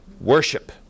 worship